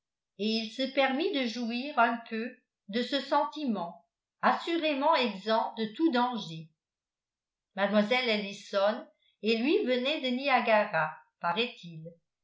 et il se permit de jouir un peu de ce sentiment assurément exempt de tout danger mlle ellison et lui venaient de niagara paraît-il